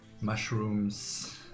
mushrooms